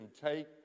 take